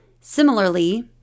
Similarly